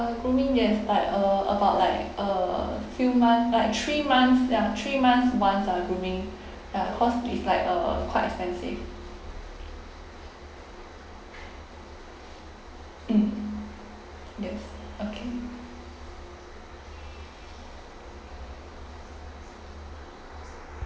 uh grooming yes but uh about like uh few months like three months ya three months once ah grooming ya cause it's like uh quite expensive mm yes okay